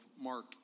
Mark